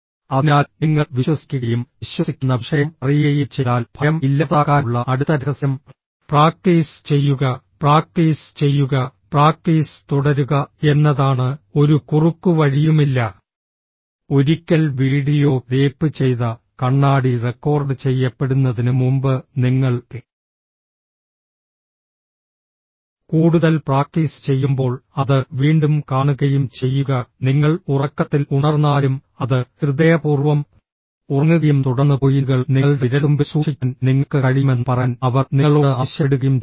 അതിനാൽ നിങ്ങൾ വിശ്വസിക്കുകയും വിശ്വസിക്കുന്ന വിഷയം അറിയുകയും ചെയ്താൽ ഭയം ഇല്ലാതാക്കാനുള്ള അടുത്ത രഹസ്യം പ്രാക്ടീസ് ചെയ്യുക പ്രാക്ടീസ് ചെയ്യുക പ്രാക്ടീസ് തുടരുക എന്നതാണ് ഒരു കുറുക്കുവഴിയുമില്ല ഒരിക്കൽ വീഡിയോ ടേപ്പ് ചെയ്ത കണ്ണാടി റെക്കോർഡ് ചെയ്യപ്പെടുന്നതിന് മുമ്പ് നിങ്ങൾ കൂടുതൽ പ്രാക്ടീസ് ചെയ്യുമ്പോൾ അത് വീണ്ടും കാണുകയും ചെയ്യുക നിങ്ങൾ ഉറക്കത്തിൽ ഉണർന്നാലും അത് ഹൃദയപൂർവ്വം ഉറങ്ങുകയും തുടർന്ന് പോയിന്റുകൾ നിങ്ങളുടെ വിരൽത്തുമ്പിൽ സൂക്ഷിക്കാൻ നിങ്ങൾക്ക് കഴിയുമെന്ന് പറയാൻ അവർ നിങ്ങളോട് ആവശ്യപ്പെടുകയും ചെയ്യുന്നു